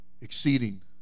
exceeding